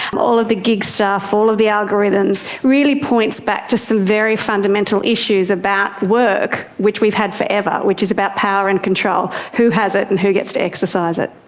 all of the gig stuff, all of the algorithms really points back to some very fundamental issues about work which we've had forever, which is about power and control who has it and who gets to exercise it.